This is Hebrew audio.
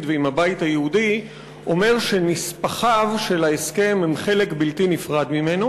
ועם הבית היהודי אומר שנספחיו של ההסכם הם חלק בלתי נפרד ממנו.